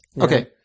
Okay